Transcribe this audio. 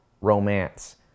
romance